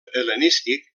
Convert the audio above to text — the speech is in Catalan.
hel·lenístic